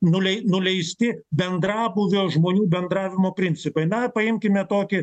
nulei nuleisti bendrabūvio žmonių bendravimo principai na paimkime tokį